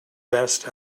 best